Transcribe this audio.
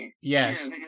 Yes